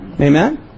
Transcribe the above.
Amen